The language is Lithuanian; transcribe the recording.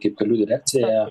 kaip kelių direkcija